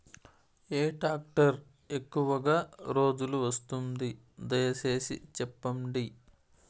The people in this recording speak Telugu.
ఏ టాక్టర్ ఎక్కువగా రోజులు వస్తుంది, దయసేసి చెప్పండి?